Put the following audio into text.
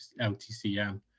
LTCM